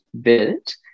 built